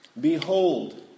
Behold